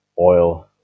oil